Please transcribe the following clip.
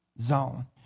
zone